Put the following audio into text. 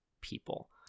people